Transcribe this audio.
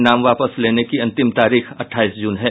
नाम वापस लेने की अंतिम तारीख अठाईस जून है